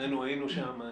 שנינו היינו שם.